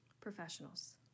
professionals